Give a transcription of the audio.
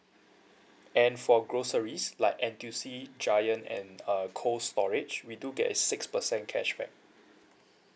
and for groceries like N_T_U_C giant and uh cold storage we do get a six percent cashback